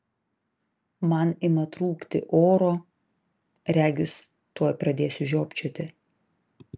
man ima trūkti oro regis tuoj pradėsiu žiopčioti